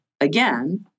again